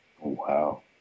Wow